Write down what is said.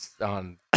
on